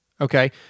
okay